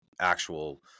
actual